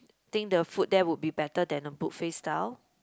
think the food there would be better than the buffet style